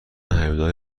هیولای